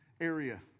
area